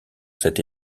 cette